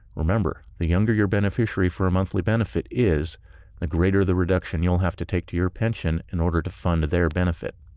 remember, the younger your beneficiary for a monthly benefit, the ah greater the reduction you'll have to take to your pension in order to fund their benefit.